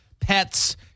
pets